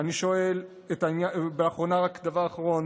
אני שואל רק דבר אחרון.